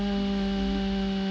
err